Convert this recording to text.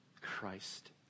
Christ